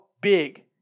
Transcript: big